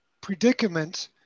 predicament